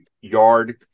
yard